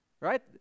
right